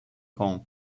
kong